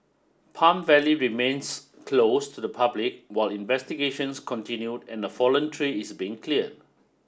Palm Valley remains closed to the public while investigations continue and the fallen tree is being cleared